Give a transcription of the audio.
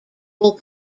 will